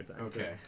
Okay